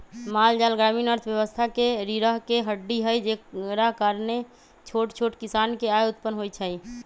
माल जाल ग्रामीण अर्थव्यवस्था के रीरह के हड्डी हई जेकरा कारणे छोट छोट किसान के आय उत्पन होइ छइ